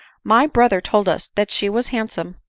my brother told us that she was handsome!